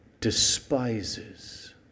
despises